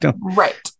Right